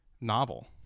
novel